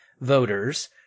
voters